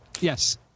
Yes